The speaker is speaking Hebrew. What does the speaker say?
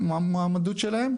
שלו?